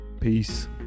Peace